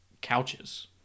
couches